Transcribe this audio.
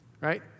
Right